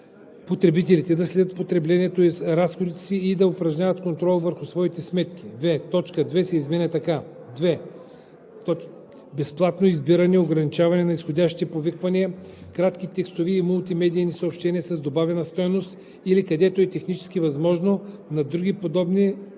потребителите да следят потреблението и разходите си и да упражняват контрол върху своите сметки; в) точка 2 се изменя така: „2. безплатно избирателно ограничаване на изходящи повиквания, кратки текстови и мултимедийни съобщения с добавена стойност или където е технически възможно, на други подобни приложения,